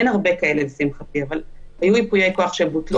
אין הרבה כאלה לשמחתי, אבל היו ייפויי כוח שבוטלו.